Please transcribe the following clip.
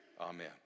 Amen